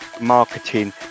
marketing